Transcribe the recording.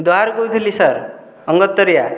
ଦ୍ଵାର କହୁଥିଲି ସାର୍ ଅଙ୍ଗଦ୍ ତରିଆ